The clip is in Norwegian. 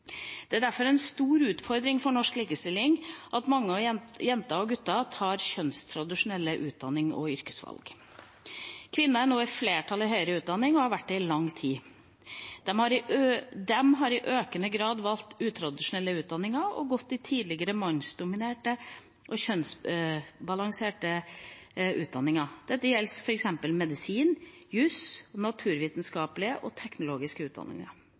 Det er derfor en stor utfordring for norsk likestilling at mange jenter og gutter tar kjønnstradisjonelle utdannings- og yrkesvalg. Kvinner er nå i flertall i høyere utdanning og har vært det i lang tid. De har i økende grad valgt utradisjonelle utdanninger og gått inn i tidligere mannsdominerte og kjønnsbalanserte utdanninger. Dette gjelder f.eks. medisin, jus og naturvitenskapelige og teknologiske utdanninger.